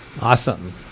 Awesome